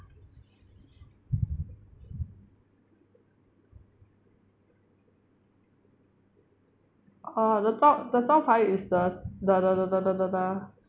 orh the 招牌 is the the the the the the the